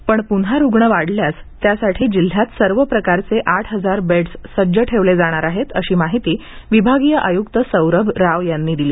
परंतु पुन्हा रुग्ण वाढल्यास त्यासाठी जिल्ह्यात सर्व प्रकारचे आठ हजार बेड्स सज्ज ठेवले जाणार आहेत अशी माहिती विभागीय आयुक्त सौरभ राव यांनी दिली